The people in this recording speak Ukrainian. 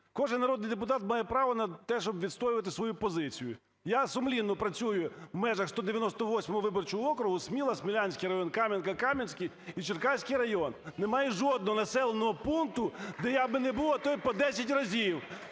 Кожен народний депутат має право на те, щоб відстоювати свою позицію. Я сумлінно працюю в межах 198 виборчого округу: Сміла, Смілянський район, Кам'янка, Кам'янський і Черкаський район. Немає жодного населеного пункту, де я би не був, а то і по 10 разів.